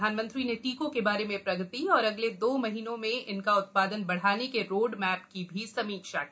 प्रधानमंत्री ने टीकों के बारे में प्रगति और अगले दो महीनों में इनका उत्पादन बढाने के रोड मैप की भी समीक्षा की